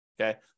okay